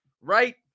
right